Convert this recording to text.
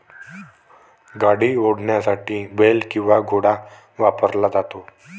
गाडी ओढण्यासाठी बेल किंवा घोडा वापरला जातो